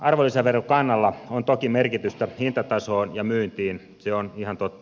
arvonlisäverokannalla on toki merkitystä hintatasoon ja myyntiin se on ihan totta